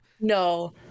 No